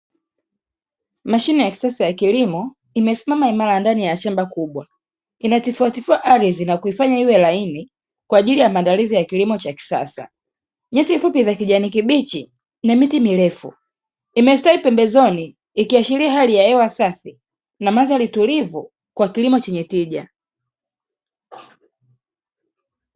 Mashine ya kisasa ya kilimo imesimama imara ndani ya shamba kubwa, inatifuatifua ardhi na kuifanya iwe laini kwa ajili ya maandalizi ya kilimo cha kisasa. Nyasi fupi za kijani kibichi na miti mirefu, imestawi pembezoni ikiashiria hali ya hewa safi na mandhari tulivu kwa kilimo chenye tija.